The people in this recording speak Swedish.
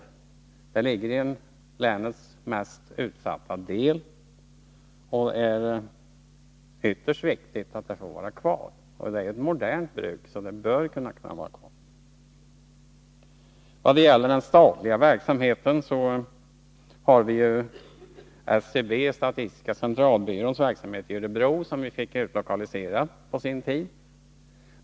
Bruket ligger i länets mest utsatta del, och det är ytterst viktigt att det får vara kvar. Det är ett modernt bruk, så det bör kunna vara kvar. Vad gäller den statliga verksamheten har vi statistiska centralbyråns verksamhet i Örebro, som utlokaliserades till oss på sin tid.